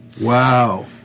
Wow